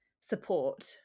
support